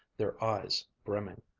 their eyes brimming.